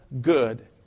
good